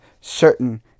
certain